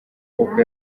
maboko